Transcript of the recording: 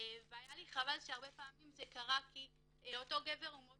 היה לי חבל שהרבה פעמים זה קרה כי אותו גבר הוא מאוד